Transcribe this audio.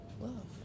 love